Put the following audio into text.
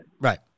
Right